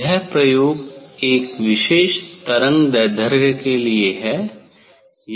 यह प्रयोग एक विशेष तरंगदैर्ध्य के लिए है